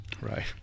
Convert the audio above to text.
Right